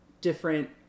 different